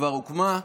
שכבר הוקמה,